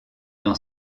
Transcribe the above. dans